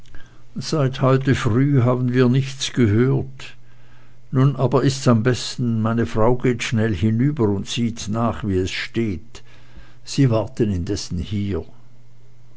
seit heute früh haben wir nichts gehört nun aber ist's am besten meine frau geht schnell hinüber und sieht nach wie es steht sie warten indessen hier